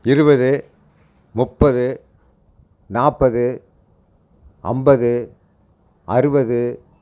இருபது முப்பது நாற்பது ஐம்பது அறுபது